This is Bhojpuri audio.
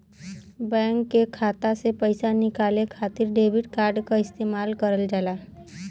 बैंक के खाता से पइसा निकाले खातिर डेबिट कार्ड क इस्तेमाल करल जाला